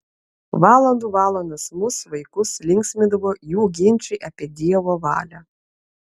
valandų valandas mus vaikus linksmindavo jų ginčai apie dievo valią